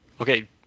okay